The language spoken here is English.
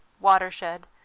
watershed